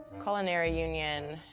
culinary union,